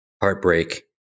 Heartbreak